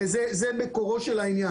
הרי זה מקורו של העניין,